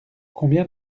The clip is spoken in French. combien